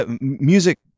music